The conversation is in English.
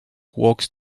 walks